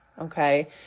Okay